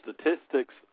statistics